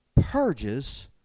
Purges